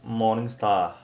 morning star